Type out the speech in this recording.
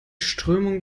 strömung